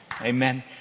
amen